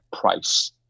price